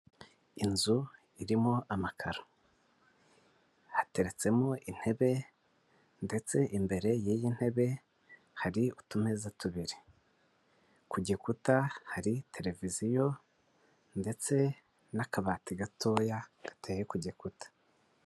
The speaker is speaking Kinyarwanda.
Inzu irimo amakararo hateretsemo intebe ndetse imbere y'iyi ntebe hari utumeza tubiri, ku gikuta hari televiziyo ndetse n'akabati gatoya gateye ku gikuta.